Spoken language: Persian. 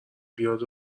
بیاد